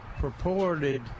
purported